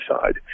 side